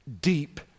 deep